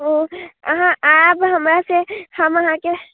ओ आहाँ आयब हमरा से हम अहाँके